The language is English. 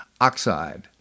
Oxide